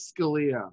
Scalia